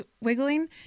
wiggling